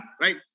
right